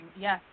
yes